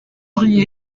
brie